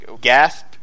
gasped